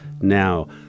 now